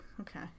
okay